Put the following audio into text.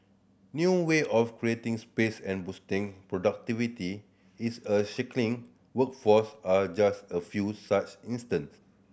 new way of creating space and boosting productivity is a workforce are just a few such instance